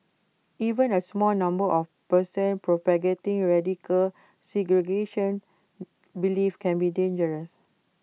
even A small number of persons propagating radical segregation beliefs can be dangerous